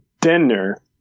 dinner